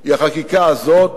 היא החקיקה הזאת,